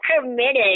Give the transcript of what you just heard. committed